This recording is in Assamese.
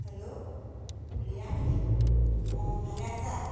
হেল্ল' ৰিয়া নেকি অঁ ভালে আছা